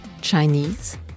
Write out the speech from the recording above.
Chinese